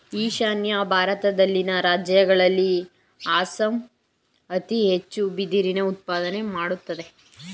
ಈಶಾನ್ಯ ಭಾರತದಲ್ಲಿನ ರಾಜ್ಯಗಳಲ್ಲಿ ಅಸ್ಸಾಂ ಅತಿ ಹೆಚ್ಚು ಬಿದಿರಿನ ಉತ್ಪಾದನೆ ಮಾಡತ್ತದೆ